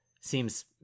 seems